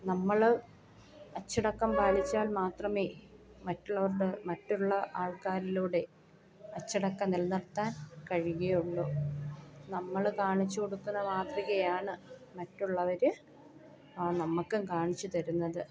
നമ്മൾ അച്ചടക്കം പാലിച്ചാൽ മാത്രമേ മറ്റുള്ളവരുടെ മറ്റുള്ള ആൾക്കാരിലൂടെ അച്ചടക്കം നിലനിർത്താൻ കഴിയുകയുള്ളു നമ്മൾ കാണിച്ച് കൊടുക്കുന്ന മാതൃകയാണ് മറ്റുള്ളവർ ആ നമുക്കും കാണിച്ച് തരുന്നത്